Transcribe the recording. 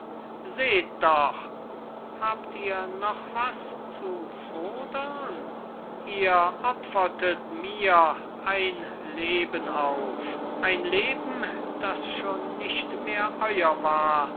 seht doch habt ihr noch was zu fordern ihr opfertet mir ein leben auf ein leben das schon nicht mehr euer war